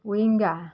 winger